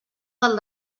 del